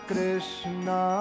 Krishna